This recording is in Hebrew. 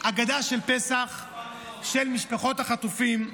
הגדה של פסח של משפחות החטופים.